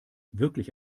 wirklich